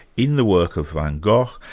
in the work of van gough,